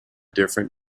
different